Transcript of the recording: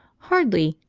hardly,